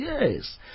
Yes